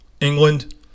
England